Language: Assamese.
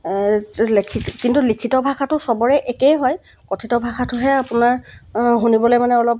লিখিত কিন্তু লিখিত ভাষাটো চবৰেই একেই হয় কথিত ভাষাটোহে আপোনাৰ শুনিবলৈ মানে অলপ